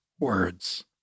words